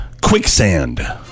Quicksand